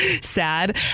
Sad